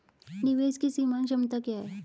निवेश की सीमांत क्षमता क्या है?